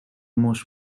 most